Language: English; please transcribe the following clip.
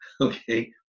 Okay